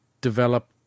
develop